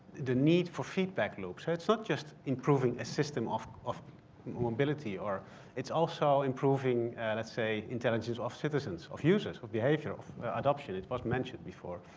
the need for feedback loop. so it's not just improving a system of of mobility, or it's also improving let's say intelligence of citizens of users of behavior of adoption it was mentioned before.